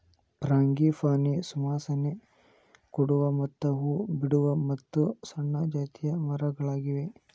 frangipani ಸುವಾಸನೆ ಕೊಡುವ ಮತ್ತ ಹೂ ಬಿಡುವ ಮತ್ತು ಸಣ್ಣ ಜಾತಿಯ ಮರಗಳಾಗಿವೆ